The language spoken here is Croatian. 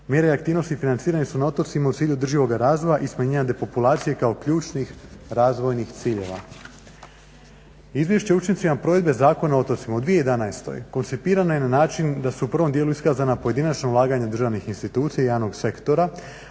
Mjere aktivnosti financirane su na otocima u cilju održivoga razvoja i smanjenja depopulacije kao ključnih razvojnih ciljeva. Izvješće o učincima provedbe Zakona o otocima u 2011.-koncipirano je način da su u prvom djelu iskazana pojedinačna ulaganja državnih institucija, javnog sektora